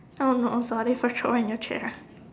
oh no oh my God there's a troll in your chair